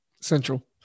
Central